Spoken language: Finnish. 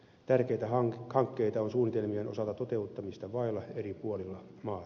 tärkeitä hankkeita on suunnitelmien osalta toteuttamista vailla eri puolilla maata